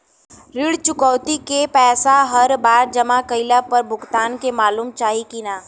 ऋण चुकौती के पैसा हर बार जमा कईला पर भुगतान के मालूम चाही की ना?